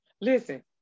listen